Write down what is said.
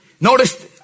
Notice